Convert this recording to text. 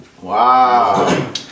Wow